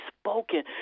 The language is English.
spoken